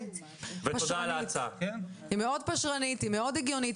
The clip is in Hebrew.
היא מאוד הגיונית.